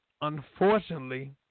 unfortunately